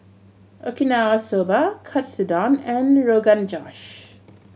Okinawa Soba Katsudon and Rogan Josh